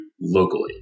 locally